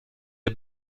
est